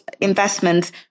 Investments